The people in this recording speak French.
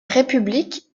république